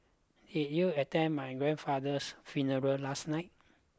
did you attend my grandfather's funeral last night